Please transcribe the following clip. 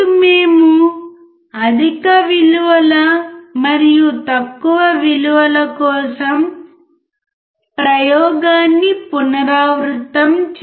అప్పుడు మేము అధిక విలువలు మరియు తక్కువ విలువల కోసం ప్రయోగాన్ని పునరావృతం చేయవచ్చు